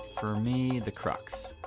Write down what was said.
for me, the crux,